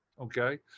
Okay